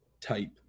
type